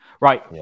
Right